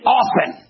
often